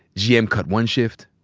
gm cut one shift,